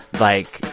like,